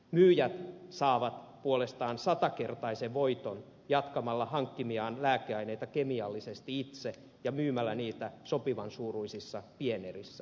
myyjät saavat puolestaan satakertaisen voiton jatkamalla hankkimiaan lääkeaineita kemiallisesti itse ja myymällä niitä sopivan suuruisissa pienerissä